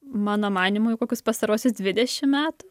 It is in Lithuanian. mano manymu jau kokius pastaruosius dvidešim metų